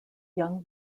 young